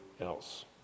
else